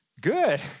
Good